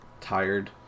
tired